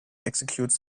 executes